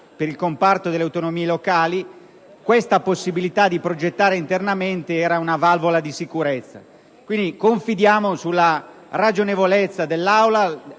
per il comparto delle autonomie locali, questa possibilità di progettare internamente rappresentava una valvola di sicurezza. Confidiamo, pertanto, nella ragionevolezza dell'Aula,